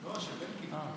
לא, של אלקין.